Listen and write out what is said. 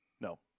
no